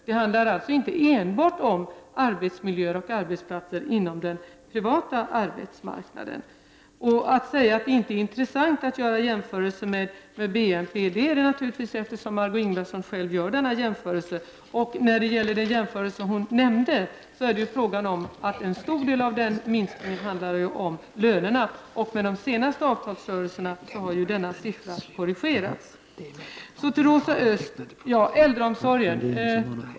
Det handlar alltså inte enbart om arbetsmiljö och arbetsplatser på den privata arbetsmarknaden. Det går inte att säga att det inte är intressant att göra jämförelser med BNP. Det är det naturligtvis. Margö Ingvardsson gör ju själv en sådan jämförelse. När det gäller en stor del av den här minskningen handlar det om lönerna. I och med de senaste avtalsrörelserna har denna siffra korrigerats. Sedan något om äldreomsorgen.